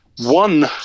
One